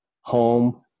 home